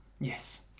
Yes